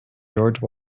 george